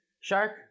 Shark